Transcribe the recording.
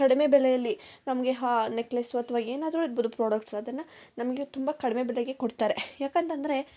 ಕಡಿಮೆ ಬೆಲೆಯಲ್ಲಿ ನಮಗೆ ಹಾ ನೆಕ್ಲೆಸು ಅಥ್ವಾ ಏನಾದ್ರೂ ಇರ್ಬೋದು ಪ್ರಾಡಕ್ಟ್ಸ್ ಅದನ್ನು ನಮಗೆ ತುಂಬ ಕಡಿಮೆ ಬೆಲೆಗೆ ಕೊಡ್ತಾರೆ ಯಾಕೆಂತಂದ್ರೆ